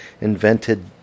invented